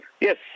Yes